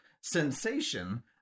sensation